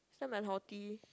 so unhealthy